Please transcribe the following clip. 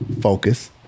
Focus